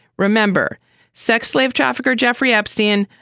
remember sex slave trafficker jeffrey epstein,